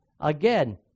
Again